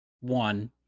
one